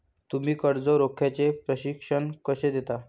तुम्ही कर्ज रोख्याचे प्रशिक्षण कसे देता?